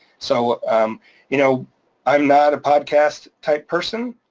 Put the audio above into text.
so you know i'm not a podcast type person.